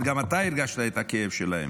אבל גם אתה הרגשת את הכאב שלהם,